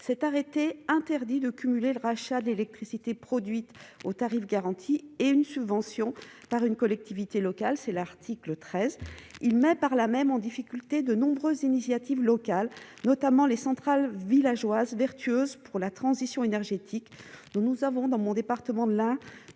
cet arrêté interdit de cumuler le rachat de l'électricité produite au tarif garanti et une subvention par une collectivité locale, c'est l'article 13 il met par la même en difficulté de nombreuses initiatives locales, notamment les centrales villageoises vertueuse pour la transition énergétique, nous nous avons, dans mon département, de la